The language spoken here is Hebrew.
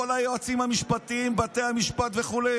כל היועצים המשפטיים, בתי המשפט וכו'.